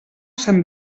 sant